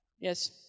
Yes